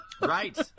Right